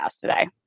today